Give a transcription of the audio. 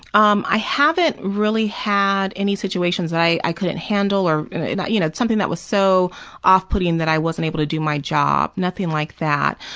um i haven't really had any situations i couldn't handle or you know something that was so off-putting that i wasn't able to do my job, nothing like that,